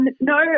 No